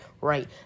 right